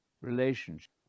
relationship